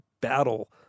battle